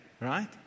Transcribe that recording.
right